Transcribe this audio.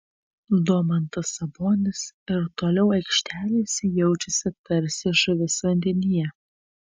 domantas sabonis ir toliau aikštelėse jaučiasi tarsi žuvis vandenyje